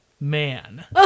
man